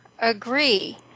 Agree